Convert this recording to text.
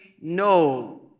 no